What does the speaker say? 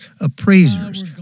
appraisers